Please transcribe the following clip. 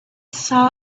saw